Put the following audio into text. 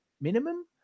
minimum